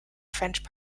french